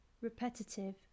Repetitive